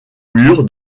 mur